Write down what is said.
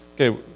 okay